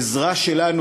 עזרה שלנו,